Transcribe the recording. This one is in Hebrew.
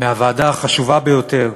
מהוועדה החשובה ביותר,